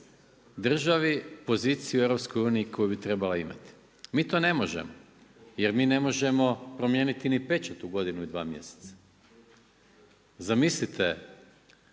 državi poziciju u EU-u koju bi trebala imati. Mi to ne možemo. Jer mi ne možemo promijeniti ni pečat u godinu i dva mjeseca. Zamislite